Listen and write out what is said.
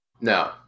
No